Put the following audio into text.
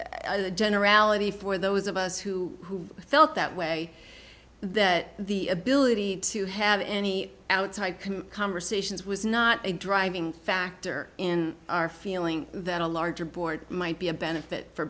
as a generality for those of us who felt that way that the ability to have any outside conversations was not a driving factor in our feeling that a larger board might be a benefit for